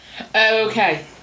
Okay